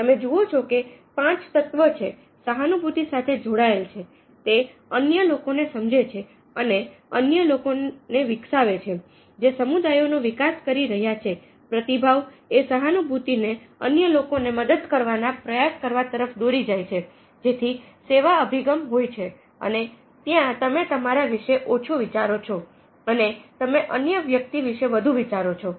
તમે જુઓ છો કે પાંચ તત્વો જે સહાનુભૂતિ સાથે જોડાયેલા છે તે અન્ય લોકોને સમજે છે અને અન્ય લોકોને વિકસાવે છે જે સમુદાયો નો વિકાસ કરી રહ્યા છે પ્રતિભાવ એ સહાનુભૂતિને અન્ય લોકોને મદદ કરવા ના પ્રયાસ કરવા તરફ દોરી જાય છે જેથી સેવા અભિગમ હોય છે અને ત્યાં તમે તમારા વિશે ઓછું વિચારો છો અને તમે અન્ય વ્યક્તિ વિશે વધુ વિચારો છો